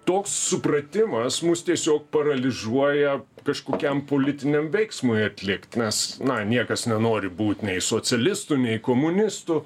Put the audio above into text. toks supratimas mus tiesiog paralyžiuoja kažkokiam politiniam veiksmui atlikt nes na niekas nenori būt nei socialistu nei komunistu